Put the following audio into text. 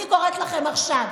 אני קוראת לכם עכשיו: